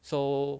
so